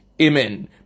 Amen